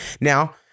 Now